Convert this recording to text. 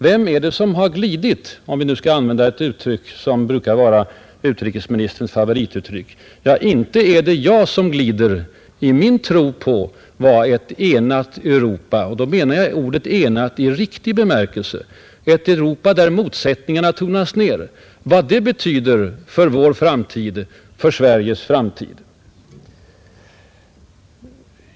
Vem är det som har ”glidit”, om vi nu skall använda vad som brukar vara utrikesministerns favorituttryck? Ja, inte är det jag som glider i min tro på vad ett enat Europa — och då menar jag enat i ordets riktiga bemärkelse, ett Europa där motsättningarna tonats ned — betyder för allas vår framtid, för Sveriges framtid.